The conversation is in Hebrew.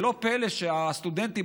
לא פלא שהסטודנטים,